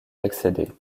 accéder